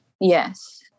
Yes